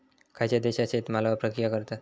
खयच्या देशात शेतमालावर प्रक्रिया करतत?